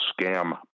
scam